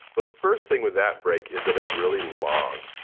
the first thing with that break is that it's really long.